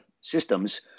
systems